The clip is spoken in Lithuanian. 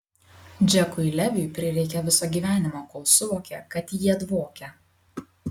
džekui leviui prireikė viso gyvenimo kol suvokė kad jie dvokia